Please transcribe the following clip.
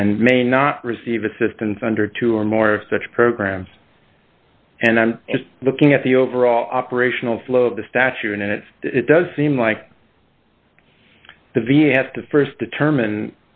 and may not receive assistance under two or more of such programs and i'm looking at the overall operational flow of the statue and it does seem like the v a has to st determine